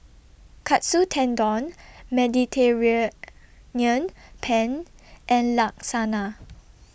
Katsu Tendon Mediterranean Penne and Lasagne